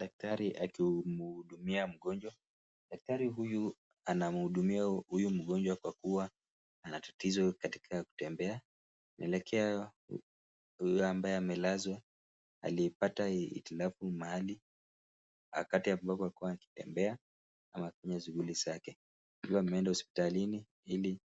Daktari akimhudumia mgonjwa, daktari huyu anamhudumia huyu mgonjwa kwa kuwa ana tatizo katika kutembea. Inaelekea huyu ambaye amelazwa aliyepata hitilafu mahali wakati ambapo alikuwa akitembea ama akifanya shughuli zake akiwa ameenda hospitalini ili